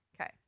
Okay